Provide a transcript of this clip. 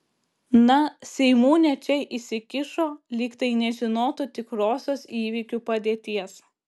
na seimūnė čia įsikišo lyg tai nežinotų tikrosios įvykių padėties